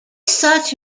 such